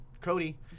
cody